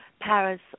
Paris